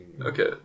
Okay